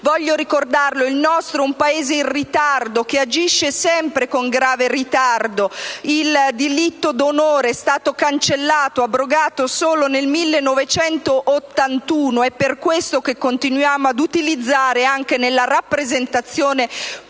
Desidero ricordare che il nostro è un Paese in ritardo, che agisce sempre con grave ritardo: il delitto d'onore è stato abrogato solo nel 1981. È per questo motivo che continuiamo ad utilizzare, anche nella rappresentazione pubblica,